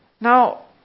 Now